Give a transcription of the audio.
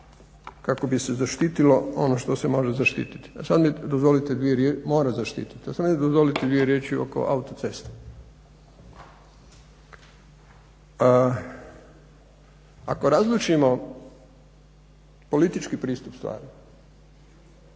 kako bi se zaštitilo ono što se može zaštiti, mora zaštititi. A sada mi dozvolite dvije riječi oko autocesta. Ako razlučimo politički pristup stvari